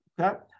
Okay